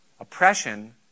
Oppression